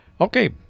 Okay